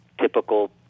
typical